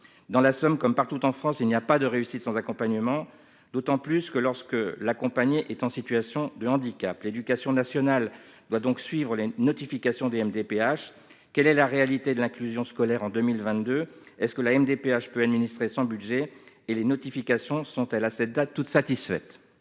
dans la Somme, comme partout en France, il n'y a pas de réussite sans accompagnement, d'autant plus que lorsque la compagnie est en situation de handicap, l'éducation nationale doit donc suivre la notification de MDPH, quelle est la réalité de l'inclusion scolaire en 2022, est ce que la MDPH peut administrer son budget et les notifications sont-elles à cette date, toutes satisfaites.